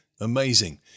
Amazing